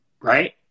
right